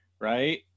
right